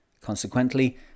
Consequently